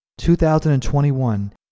2021